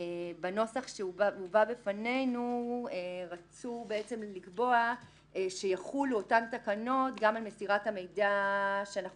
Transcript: בנוסח שהובא בפנינו רצו לקבוע שיחולו אותן תקנות גם על מסירת המידע שאנחנו